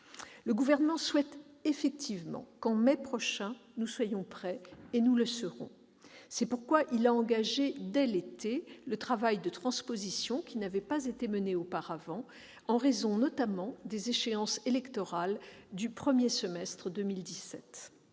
Le Gouvernement souhaite effectivement que nous soyons prêts en mai prochain, et nous le serons. C'est pourquoi il a engagé, dès l'été dernier, le travail de transposition qui n'avait pas été mené auparavant en raison, notamment, des échéances électorales du premier semestre 2017.